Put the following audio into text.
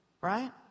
right